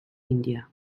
india